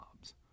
jobs